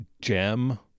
Gem